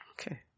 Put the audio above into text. Okay